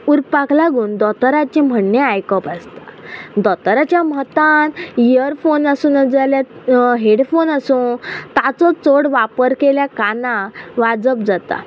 उरपाक लागून दोतोराचें म्हण्णें आयकोप आसता दोतोराच्या मतान इयरफोन आसूं नाजाल्या हेडफोन आसूं ताचो चड वापर केल्या काना वाजप जाता